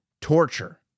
torture